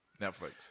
Netflix